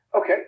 Okay